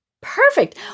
perfect